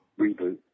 reboot